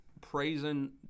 praising